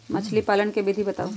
मछली पालन के विधि बताऊँ?